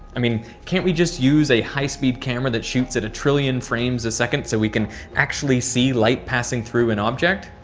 i mean, can't we just use a high-speed camera that shoots at a trillion frames a second so we can actually see light passing through an object?